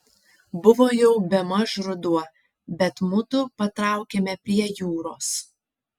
buvo jau bemaž ruduo bet mudu patraukėme prie jūros